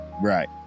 Right